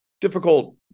difficult